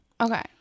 Okay